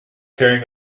carrying